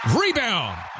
Rebound